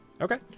Okay